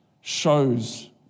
shows